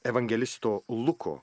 evangelisto luko